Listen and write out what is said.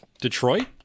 Detroit